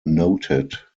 noted